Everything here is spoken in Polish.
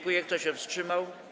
Kto się wstrzymał?